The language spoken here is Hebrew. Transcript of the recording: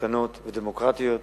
מתוקנות ודמוקרטיות,